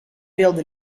wilde